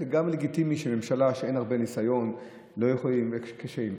גם לגיטימי שבממשלה שאין לה הרבה ניסיון יהיו קשיים.